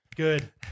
good